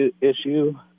issue